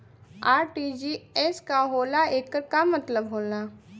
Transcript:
RTGS का होला एकर का मतलब होला?